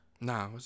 Nah